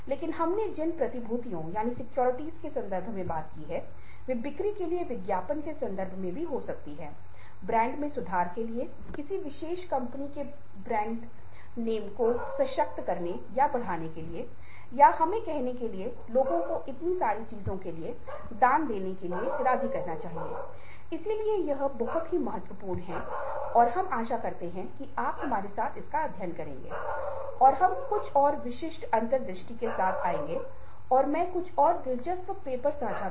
और यहाँ आप सभी वस्तुओं पर स्कोर देखेंगे यदि आपका स्कोर आपके द्वारा प्राप्त किए गए स्कोर के 20 या 80 प्रतिशत से अधिक या बराबर है क्योंकि अधिकतम स्कोर 25 होगा आपका ईआई यथोचित स्वीकार्य और अच्छा है